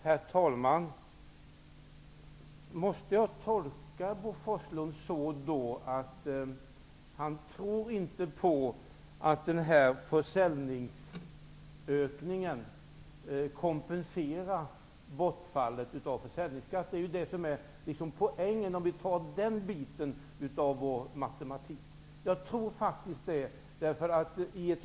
Herr talman! Bör jag alltså tolka Bo Forslund så att han inte tror på att försäljningsökningen kompenserar bortfallet av försäljningsskatten. Om vi tar itu med den biten av vår matematik ser vi att det liksom är poängen.